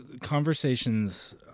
conversations